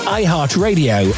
iHeartRadio